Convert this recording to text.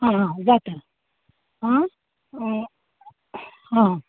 आं जाता आं हां